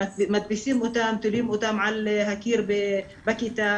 תולים אותם על הקיר בכיתה,